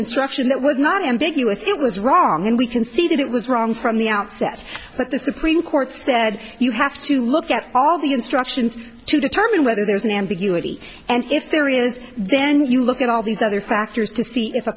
instruction that was not ambiguous it was wrong and we can see that it was wrong from the outset but the supreme court said you have to look at all the instructions to determine whether there's an ambiguity and if there is then you look at all these other factors to see if a